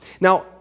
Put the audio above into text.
Now